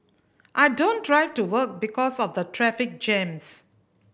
I don't drive to work because of the traffic jams